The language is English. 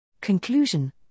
Conclusion